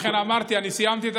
לכן אמרתי: אני סיימתי,